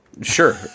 Sure